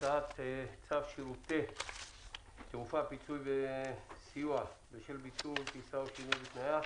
הצעת צו שירותי תעופה (פיצוי וסיוע בשל ביטול טיסה או שינוי בתנאיה)